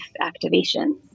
activation